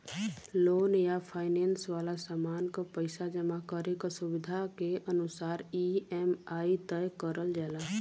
loan या finance वाला सामान क पइसा जमा करे क सुविधा के अनुसार ई.एम.आई तय करल जाला